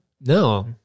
no